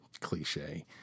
cliche